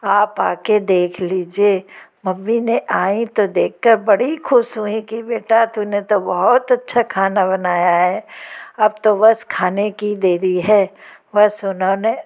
आप आकर देख लीजिए मम्मी ने आई तो देख कर बड़ी खुश हुई की बेटा तूने तो बहुत अच्छा खाना बनाया है अब तो बस खाने की देरी है बस उन्होंने